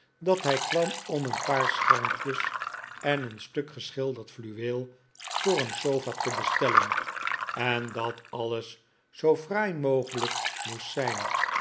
dat hij kwam om een paar schermpjes en een stuk geschilderd fluweel voor een sofa te bestellen en dat alles zoo fraai mogelijk moest zijn